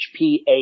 HPA